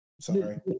Sorry